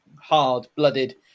hard-blooded